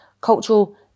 cultural